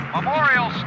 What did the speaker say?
Memorial